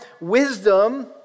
wisdom